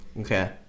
Okay